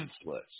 senseless